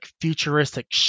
futuristic